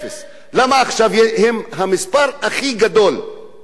למה עכשיו הם המספר הכי גדול בסוכרת,